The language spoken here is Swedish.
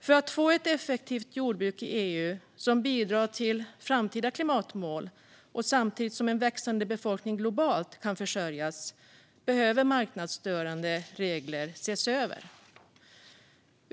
För att i EU få ett effektivt jordbruk som bidrar till att nå framtida klimatmål samtidigt som en växande befolkning globalt kan försörjas behöver marknadsstörande regler ses över.